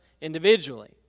individually